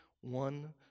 one